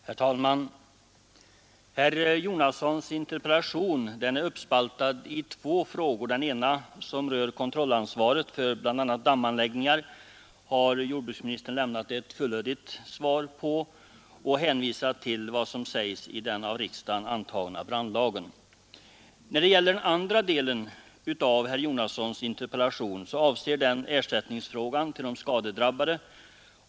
Herr talman! Herr Jonassons interpellation är uppspaltad i två frågor. Den ena, som rör kontrollansvaret för bl.a. dammanläggningar, har jordbruksministern lämnat ett fullödigt svar på och hänvisat till vad som sägs i den av riksdagen antagna brandlagen. Den andra delen av interpellationen avser ersättningsfrågan till de skadedrabbade.